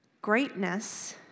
greatness